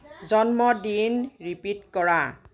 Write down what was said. জন্মদিন ৰিপিট কৰা